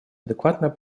адекватно